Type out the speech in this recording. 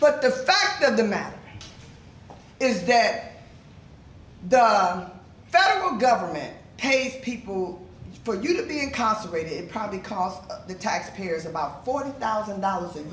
but the fact of the matter is that the federal government pays people for you to be in consecrated probably cost the taxpayers about forty thousand dollars